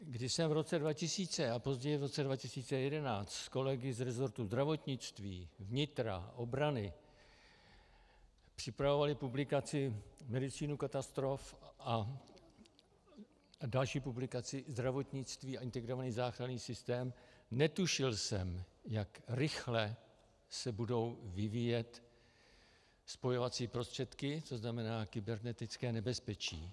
Když jsme v roce 2000 a později v roce 2011 s kolegy z resortu zdravotnictví, vnitra, obrany připravovali publikaci Medicína katastrof a další publikaci Zdravotnictví a integrovaný záchranný systém, netušil jsem, jak rychle se budou vyvíjet spojovací prostředky, to znamená kybernetické nebezpečí.